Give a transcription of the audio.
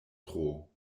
tro